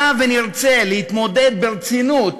היה ונרצה להתמודד ברצינות,